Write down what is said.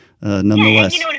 nonetheless